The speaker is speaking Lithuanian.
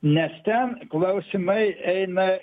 nes ten klausimai eina